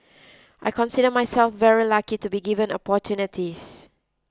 I consider myself very lucky to be given opportunities